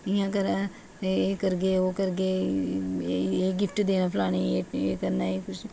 इ'यां कदें एह् करगे ओह् करगे गिफ्ट फलानी जां कुछ